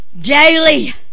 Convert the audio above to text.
Daily